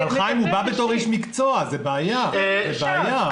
אי אפשר.